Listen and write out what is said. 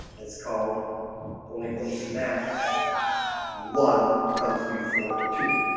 it's called holy ghost mass one come to me for two